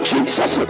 Jesus